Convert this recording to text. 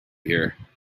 here